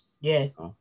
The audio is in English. Yes